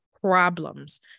problems